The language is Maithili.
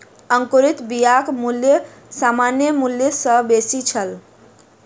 अंकुरित बियाक मूल्य सामान्य मूल्य सॅ बेसी छल